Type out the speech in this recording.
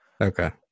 Okay